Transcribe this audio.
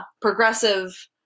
progressive